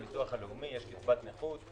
בביטוח לאומי יש קצבת נכות.